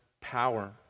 power